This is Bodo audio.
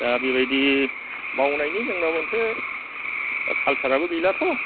दा बेबायदि मावनायनि जोंना मोनसे खालसाराबो गैला थ'